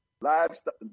livestock